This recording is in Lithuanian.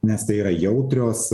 nes tai yra jautrios